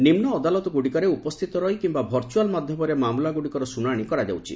ନିମ୍ନ ଅଦାଲତଗୁଡ଼ିକରେ ଉପସ୍ଥିତ ରହି କିମ୍ନା ଭର୍ଚୁଆଲ ମାଧ୍ଧମରେ ମାମଲା ଗୁଡ଼ିକର ଶୁଶାଶି କରାଯାଉଛି